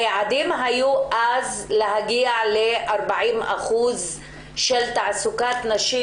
היעד היה אז להגיע ל-40% תעסוקת נשים